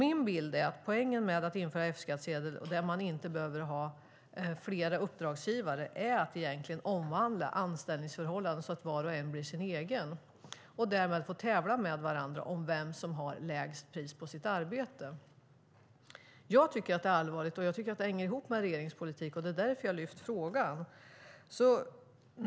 Min bild är att poängen med att inte behöva ha fler uppdragsgivare för att få en F-skattsedel är att det egentligen handlar om att omvandla anställningsförhållandena så att var och en blir sin egen och därmed får tävla med varandra om vem som har lägst pris på sitt arbete. Jag tycker att det är allvarligt, och jag tycker att det hänger ihop med regeringens politik. Det är därför jag har lyft upp frågan.